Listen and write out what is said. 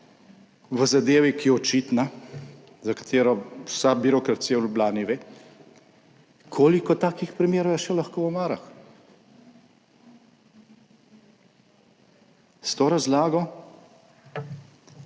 v zadevi, ki je očitna, za katero vsa birokracija v Ljubljani ve, koliko takih primerov je še lahko v omarah. 4. TRAK: